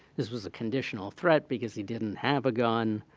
this was a conditional threat because he didn't have a gun,